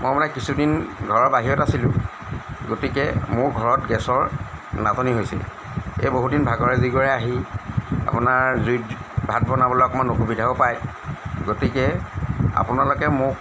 মই মানে কিছুদিন ঘৰৰ বাহিৰত আছিলোঁ গতিকে মোৰ ঘৰত গেছৰ নাটনি হৈছিল এই বহুদিন ভাগৰে জোগৰে আহি আপোনাৰ জুইত ভাত বনাবলৈ অকণমান অসুবিধাও পায় গতিকে আপোনালোকে মোক